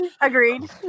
agreed